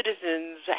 citizens